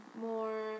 more